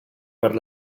per